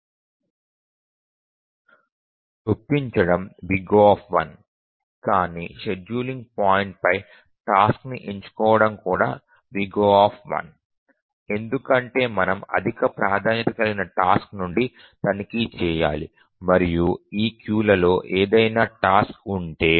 చొప్పించడం O కానీ scheduling point పై టాస్క్ ని ఎంచుకోవడం కూడా O ఎందుకంటే మనం అత్యధిక ప్రాధాన్యత కలిగిన టాస్క్ నుండి తనిఖీ చేయాలి మరియు ఈ క్యూలలో ఏదైనా టాస్క్ ఉంటే